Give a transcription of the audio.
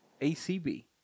ACB